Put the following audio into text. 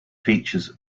features